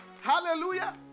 Hallelujah